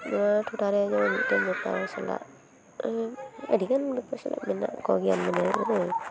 ᱛᱟᱨᱯᱚᱨᱮ ᱱᱚᱣᱟ ᱴᱚᱴᱷᱟᱨᱮ ᱡᱮᱢᱚᱱ ᱢᱤᱫᱴᱟᱝ ᱢᱚᱴᱟ ᱦᱚᱲ ᱥᱟᱞᱟᱜ ᱟᱹᱰᱤᱜᱟᱱ ᱦᱚᱲ ᱥᱟᱞᱟᱜ ᱢᱮᱱᱟᱜ ᱠᱚᱜᱮᱭᱟ ᱢᱟᱱᱮ